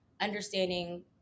understanding